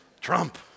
Trump